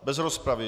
Bez rozpravy.